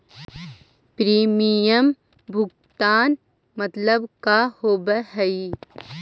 Premium भुगतान मतलब का होव हइ?